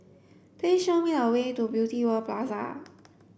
please show me the way to Beauty World Plaza